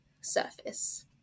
surface